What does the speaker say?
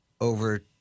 over